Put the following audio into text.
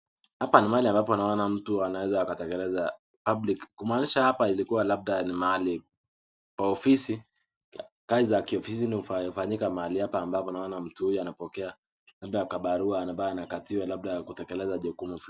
Hapa ni mahali ambapo naona mtu anaweza akatekeleza public , kumaanisha hapa ilikuwa labda ni mahali pa ofisi. Kazi za kiofisi zilikuwa zinafanyika mahali hapa ambapo naona mtu huyu anapokea labda kabarua ambayo anakatiwa labda kutekeleza jukumu fulani.